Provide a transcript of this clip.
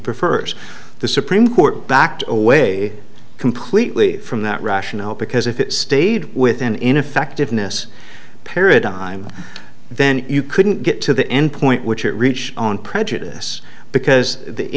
prefers the supreme court backed away completely from that rationale because if it stayed within ineffectiveness paradigm then you couldn't get to the end point which it reach on prejudice because the